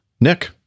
Nick